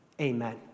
Amen